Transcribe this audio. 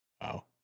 Wow